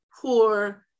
poor